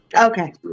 Okay